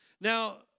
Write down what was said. Now